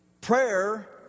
prayer